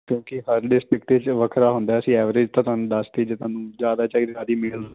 ਕਿਉਂਕਿ ਹਰ 'ਚ ਵੱਖਰਾ ਹੁੰਦਾ ਸੀ ਐਵਰੇਜ ਤਾਂ ਤੁਹਾਨੂੰ ਦੱਸ ਤੀ ਜੇ ਤੁਹਾਨੂੰ ਜ਼ਿਆਦਾ ਚਾਹੀਦੀ ਸਾਡੀ ਮੇਲ